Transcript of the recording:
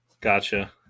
Gotcha